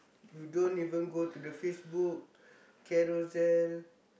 you don't even go to the Facebook Carousell